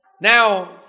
Now